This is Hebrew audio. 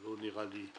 זה לא נראה בעיניי